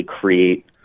create